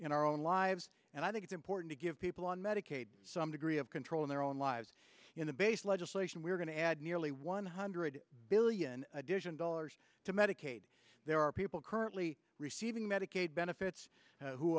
in our own lives and i think it's important to give people on medicaid some degree of control in their own lives in the base legislation we're going to add nearly one hundred billion edition dollars to medicaid there are people currently receiving medicaid benefits who